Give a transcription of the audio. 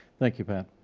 thank you pat.